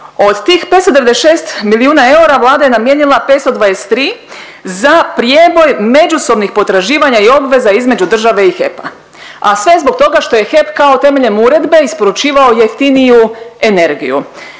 Od tih 596 milijuna eura Vlada je namijenila 523 za prijeboj međusobnih potraživanja i obveza između države i HEP-a, a sve zbog toga što je HEP kao temeljem uredbe isporučivao jeftiniju energiju.